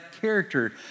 character